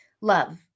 Love